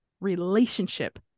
relationship